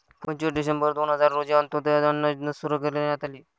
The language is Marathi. पंचवीस डिसेंबर दोन हजार रोजी अंत्योदय अन्न योजना सुरू करण्यात आली